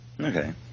Okay